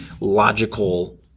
logical